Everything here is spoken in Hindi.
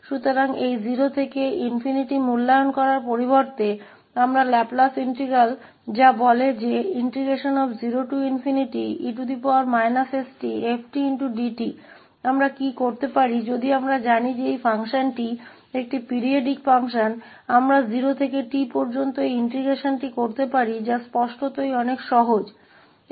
इसलिए इस 0 से ∞ का मूल्यांकन करने के बजाय आमतौर पर यह लाप्लास इंटीग्रल जो कहता है कि 0e stfdt हम क्या कर सकते हैं यदि हम जानते हैं कि यह फ़ंक्शन एक आवधिक कार्य है तो हम इस एकीकरण को 0 से T तक कर सकते हैं जो स्पष्ट रूप से बहुत आसान है